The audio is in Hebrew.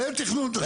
כולל תכנון תשתיות.